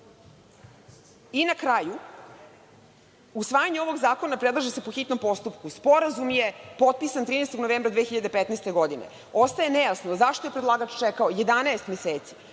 kraju, usvajanje ovog zakona predlaže se po hitnom postupku. Sporazum je potpisan 13. novembra 2015. godine. Ostaje nejasno zašto je predlagač čekao 11 meseci